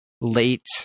late